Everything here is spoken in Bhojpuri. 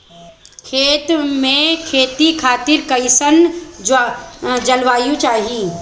सेब के खेती खातिर कइसन जलवायु चाही?